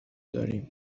داریم